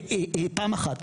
פעם אחת.